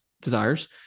desires